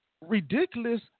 Ridiculous